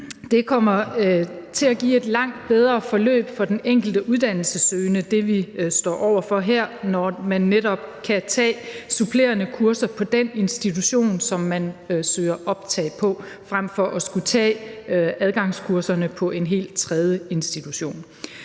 her, kommer til at give et langt bedre forløb for den enkelte uddannelsessøgende, når man netop kan tage supplerende kurser på den institution, som man søger optag på, frem for at skulle tage adgangskurserne på en helt tredje institution.